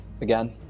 again